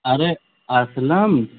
ارے Aslam